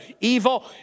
evil